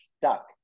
stuck